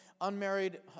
unmarried